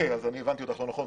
הבנתי אותך לא נכון.